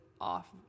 off